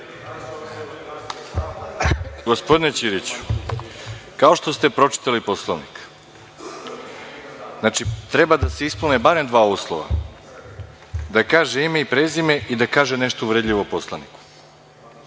Gospodine Ćiriću, kao što ste pročitali Poslovnik, znači, treba da se ispune barem dva uslova, da kaže ime i prezime i da kaže nešto uvredljivo poslaniku.